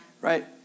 Right